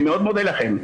אני מאוד מודה לכם.